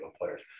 players